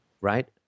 Right